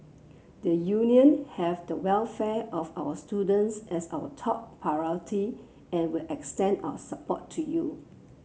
the Union have the welfare of our students as our top priority and will extend our support to you